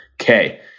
Okay